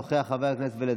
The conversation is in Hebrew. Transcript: חבר הכנסת מנסור עבאס,